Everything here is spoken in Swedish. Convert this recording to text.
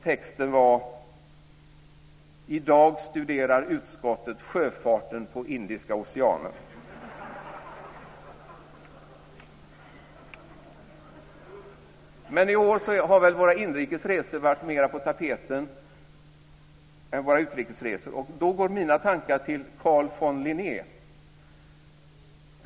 Texten var: I dag studerar utskottet sjöfarten på Men i år har våra inrikes resor varit mer på tapeten än våra utrikesresor. Då går mina tankar till Carl von Linné.